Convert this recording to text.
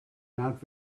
not